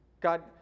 God